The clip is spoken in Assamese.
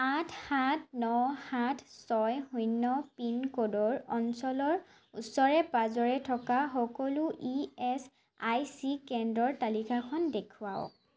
আঠ সাত ন সাত ছয় শূণ্য পিনক'ডৰ অঞ্চলৰ ওচৰে পাঁজৰে থকা সকলো ইএচআইচি কেন্দ্ৰৰ তালিকাখন দেখুৱাওক